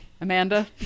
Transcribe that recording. Amanda